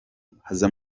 mpamvu